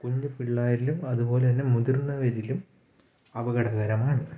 കുഞ്ഞുപിള്ളേരിലും അതുപോലെത്തന്നെ മുതിർന്നവരിലും അപകടകരമാണ്